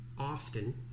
often